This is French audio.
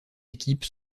équipes